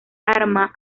arma